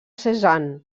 cézanne